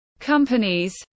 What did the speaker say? Companies